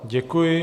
Děkuji.